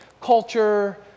culture